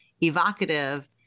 evocative